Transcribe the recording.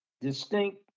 distinct